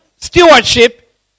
stewardship